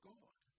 God